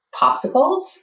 popsicles